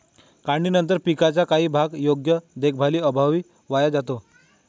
काढणीनंतर पिकाचा काही भाग योग्य देखभालीअभावी वाया जातो